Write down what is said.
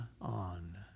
on